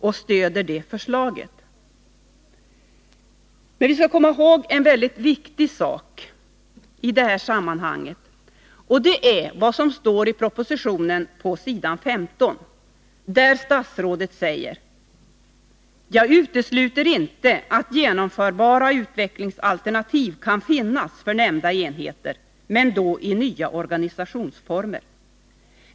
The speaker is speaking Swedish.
Vi skall emellertid komma ihåg en väldigt viktig sak i detta sammanhang. Jag avser då vad statsrådet säger på s. 15 i propositionen: ”Jag utesluter inte att genomförbara utvecklingsalternativ kan finnas för nämnda enheter men då i nya organisationsformer.